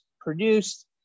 produced